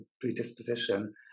predisposition